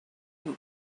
them